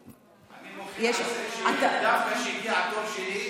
אני מוחה על זה שזה היה התור שלי.